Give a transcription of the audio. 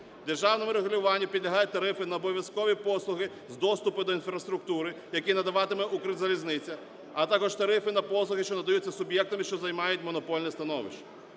Державному регулюванню підлягають тарифи на обов'язкові послуги з доступу до інфраструктури, які надаватиме "Укрзалізниця", а також тарифи на послуги, що надаються суб'єктами, що займають монопольне становище.